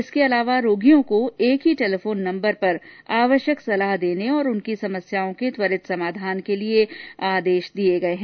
इसके अलावा रोगियों को एक ही टेलीफोन नम्बर पर आवश्यक सलाह देने और उनकी समस्याओं के त्वरित समाधान के लिये आदेश दिये गये हैं